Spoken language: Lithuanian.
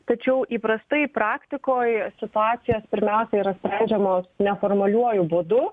tačiau įprastai praktikoj situacijos pirmiausia yra sprendžiamos neformaliuoju būdu